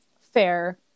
fair